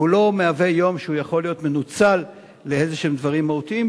והוא לא יום שיכול להיות מנוצל לאיזה דברים מהותיים.